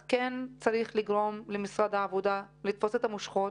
אז כן צריך לגרום למשרד העבודה לתפוס את המושכות,